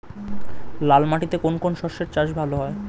লাল মাটিতে কোন কোন শস্যের চাষ ভালো হয়?